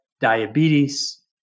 diabetes